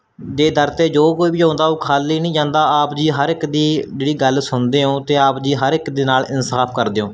ਦੇ ਦਰ 'ਤੇ ਜੋ ਕੋਈ ਵੀ ਆਉਂਦਾ ਉਹ ਖਾਲੀ ਨਹੀਂ ਜਾਂਦਾ ਆਪ ਜੀ ਹਰ ਇੱਕ ਦੀ ਜਿਹੜੀ ਗੱਲ ਸੁਣਦੇ ਹੋ ਅਤੇ ਆਪ ਜੀ ਹਰ ਇੱਕ ਦੇ ਨਾਲ ਇਨਸਾਫ ਕਰਦੇ ਹੋ